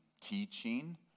teaching